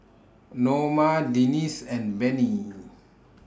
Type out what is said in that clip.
Noma Denese and Bennie